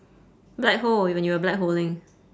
black hole when you were black holing